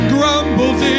Grumbles